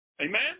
Amen